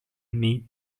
neat